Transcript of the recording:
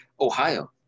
Ohio